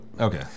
Okay